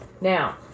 Now